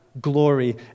glory